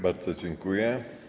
Bardzo dziękuję.